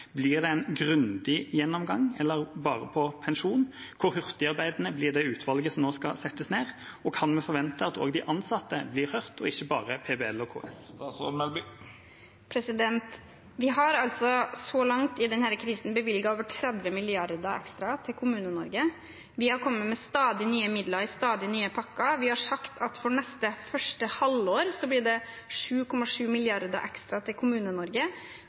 Blir det en grundig gjennomgang, eller bare på pensjon? Hvor hurtigarbeidende blir det utvalget som nå skal settes ned, og kan man forvente at også de ansatte blir hørt – og ikke bare PBL og KS? Vi har så langt i denne krisen bevilget over 30 mrd. kr ekstra til Kommune-Norge. Vi har kommet med stadig nye midler i stadig nye pakker. Vi har sagt at for neste, første, halvår blir det 7,7 mrd. kr ekstra til